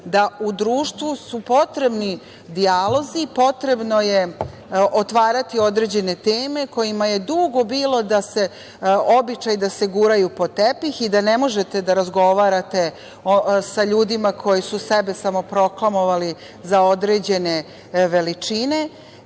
da su društvu potrebni dijalozi, potrebno je otvarati određene teme kojima je dugo bio običaj da se guraju pod tepih i da ne možete da razgovarate sa ljudima koji su sebe samoproklamovali za određene veličine,